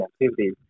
activity